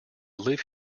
live